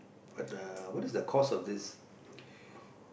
what the what is the cause of this